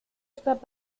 estas